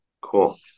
Cool